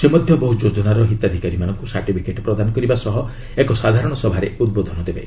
ସେ ମଧ୍ୟ ବହୁ ଯୋଜନାର ହିତାଧିକାରୀ ମାନଙ୍କୁ ସାର୍ଟିଫିକେଟ ପ୍ରଦାନ କରିବା ସହ ଏକ ସାଧାରଣସଭାରେ ଉଦ୍ବୋଧନ ଦେବେ